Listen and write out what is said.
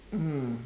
mm